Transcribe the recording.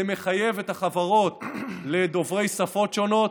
זה מחייב את החברות לדוברי שפות שונות.